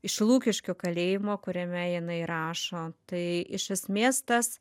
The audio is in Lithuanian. iš lukiškių kalėjimo kuriame jinai rašo tai iš esmės tas